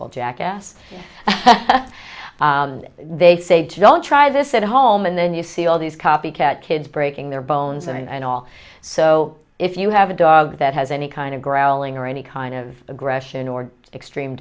called jackass they say don't try this at home and then you see all these copycat kids breaking their bones and all so if you have a dog that has any kind of growing or any kind of aggression or extreme